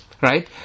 right